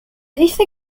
dice